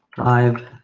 live